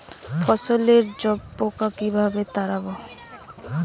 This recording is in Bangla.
ফসলে জাবপোকা কিভাবে তাড়াব?